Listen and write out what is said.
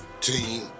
team